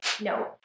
no